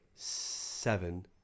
Seven